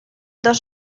dos